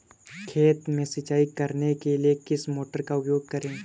खेत में सिंचाई करने के लिए किस मोटर का उपयोग करें?